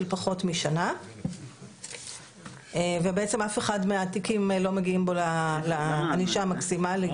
פחות משנה ובעצם אף אחד מהתיקים לא מגיעים בו לענישה המקסימלית,